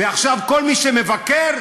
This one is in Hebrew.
ועכשיו כל מי שמבקר,